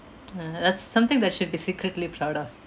ah that's something that should be secretly proud of